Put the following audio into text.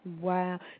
Wow